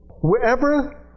Wherever